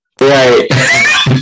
Right